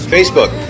Facebook